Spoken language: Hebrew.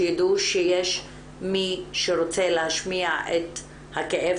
שידעו שיש מי שרוצה להשמיע את הכאב